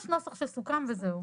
יש נוסח שסוכם וזהו.